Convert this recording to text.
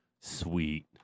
Sweet